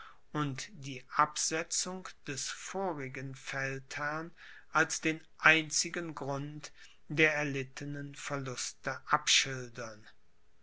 und die absetzung des vorigen feldherrn als den einzigen grund der erlittenen verluste